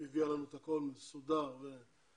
הביאה לנו את הכול מסודר ומתוכלל.